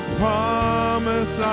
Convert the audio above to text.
promise